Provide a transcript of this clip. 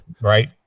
Right